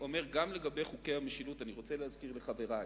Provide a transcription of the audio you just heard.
גם לגבי חוקי המשילות אני רוצה להזכיר לחברי,